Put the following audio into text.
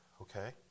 okay